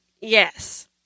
Yes